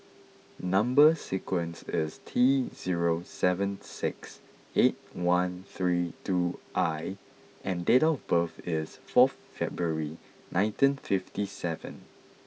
number sequence is T zero seven six eight one three two I and date of birth is fourth February nineteen fifty seven